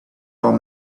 about